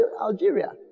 Algeria